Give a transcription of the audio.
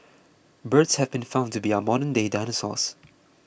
birds have been found to be our modernday dinosaurs